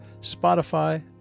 Spotify